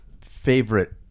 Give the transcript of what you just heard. favorite